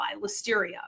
listeria